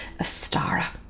Astara